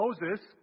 Moses